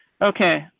okay,